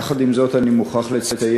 יחד עם זאת, אני מוכרח לציין,